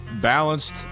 Balanced